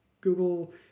Google